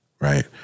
right